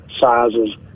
sizes